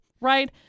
Right